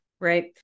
Right